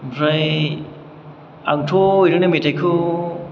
ओमफ्राय आंथ' ओरैनो मेथाइखौ